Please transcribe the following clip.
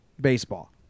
baseball